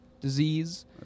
disease